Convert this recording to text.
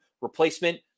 Replacement